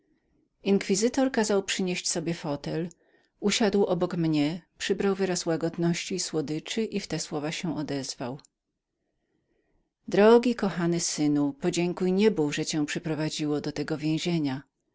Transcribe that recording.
inkwizytor kazał przynieść sobie krzesło usiadł obok mnie przybrał wyraz łagodności i słodyczy i w te słowa się odezwał drogi kochany synu podziękuj niebu że cię przyprowadziło do tego więzienia